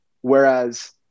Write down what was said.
whereas